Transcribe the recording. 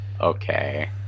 Okay